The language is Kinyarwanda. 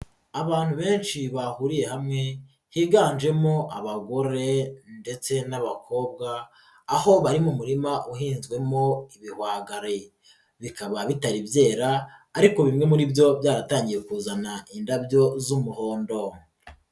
Abantu benshi bahuriye hamwe higanjemo abagore ndetse n'abakobwa, aho bari mu murima uhinzwemo ibihwagari, bikaba bitari byera ariko bimwe muri byo byaratangiye kuzana indabyo z'umuhondo.